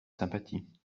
sympathie